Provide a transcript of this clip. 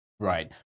Right